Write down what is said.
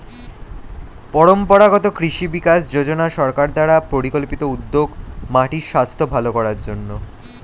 পরম্পরাগত কৃষি বিকাশ যোজনা সরকার দ্বারা পরিকল্পিত উদ্যোগ মাটির স্বাস্থ্য ভাল করার জন্যে